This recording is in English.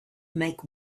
make